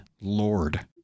lord